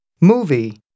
Movie